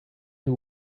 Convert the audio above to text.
who